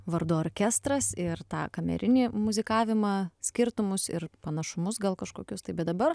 vardu orkestras ir tą kamerinį muzikavimą skirtumus ir panašumus gal kažkokius tai bet dabar